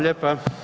lijepa.